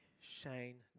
Shane